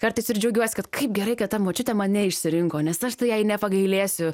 kartais ir džiaugiuosi kad kaip gerai kad ta močiutė mane išsirinko nes aš tai jai nepagailėsiu